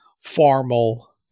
formal